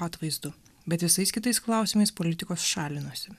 atvaizdu bet visais kitais klausimais politikos šalinuosi